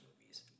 movies